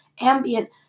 ambient